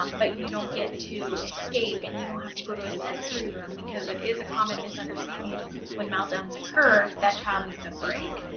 um but and you don't get to escape and you don't have to go to a sensory room. because it is a common misunderstanding when meltdowns occur that child needs a break,